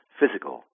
physical